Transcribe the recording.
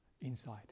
inside